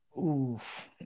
Oof